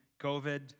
COVID